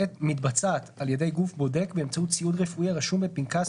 המתבצעת על ידי גוף בודק באמצעות ציוד רפואי הרשום בפנקס